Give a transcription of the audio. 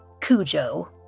Cujo